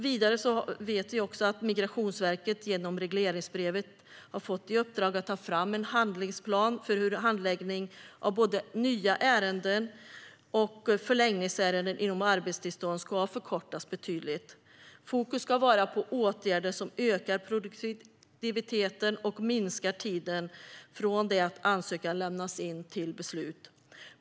Vidare vet vi att Migrationsverket genom regleringsbrevet har fått i uppdrag att ta fram en handlingsplan för hur handläggning av både nya ärenden och förlängningsärenden avseende arbetstillstånd kan förkortas betydligt. Fokus ska vara på åtgärder som ökar produktiviteten och minskar tiden från det att ansökan lämnats in till beslut.